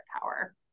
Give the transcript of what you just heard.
power